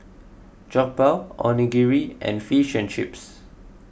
Jokbal Onigiri and Fish and Chips